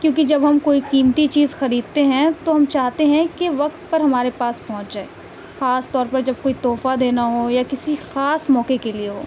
کیونکہ جب ہم کوئی قیمتی چیز خریدتے ہیں تو ہم چاہتے ہیں کہ وقت پر ہمارے پاس پہنچ جائے خاص طور پر جب کوئی تحفہ دینا ہو یا کسی خاص موقع کے لیے ہو